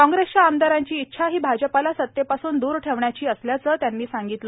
कॉग्रेसच्या आमदारांची इच्छा ही भाजपाला सत्तेपासून दूर ठेवण्याची असल्याच त्यांनी सांगितले